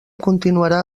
continuarà